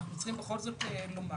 אנחנו צריכים בכל זאת לומר,